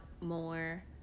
more